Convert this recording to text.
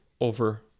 over